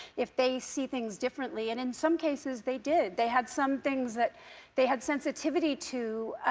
if they see things differently and in some cases, they did. they had some things that they had sensitivity to